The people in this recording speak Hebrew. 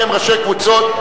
כי הם ראשי קבוצות.